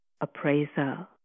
appraiser